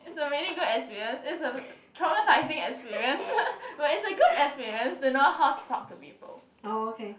is a really good experience is a traumatizing experience but is a good experience you know how to talk to people